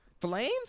Flames